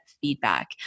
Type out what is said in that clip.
feedback